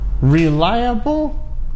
reliable